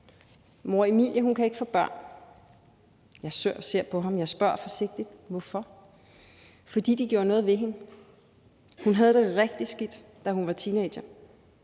Mor, Emilie kan ikke få børn. Jeg ser på ham og spørger forsigtigt: Hvorfor? Fordi de gjorde noget ved hende. Hun havde det rigtig skidt, da hun var teenager.